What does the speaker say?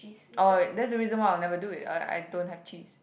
orh that's the reason why I'll never do it I I don't have cheese